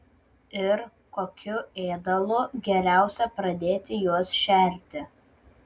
ir kokiu ėdalu geriausia pradėti juos šerti